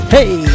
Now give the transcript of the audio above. Hey